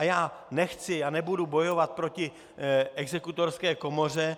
Já nechci a nebudu bojovat proti Exekutorské komoře.